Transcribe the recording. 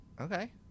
Okay